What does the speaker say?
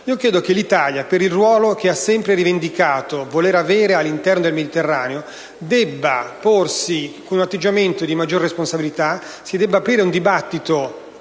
Credo che l’Italia, per il ruolo che ha sempre rivendicato all’interno del Mediterraneo, debba porsi con un atteggiamento di maggiore responsabilita. Ritengo che si debba aprire un dibattito